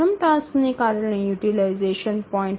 પ્રથમ ટાસ્કને કારણે યુટીલાઈઝેશન 0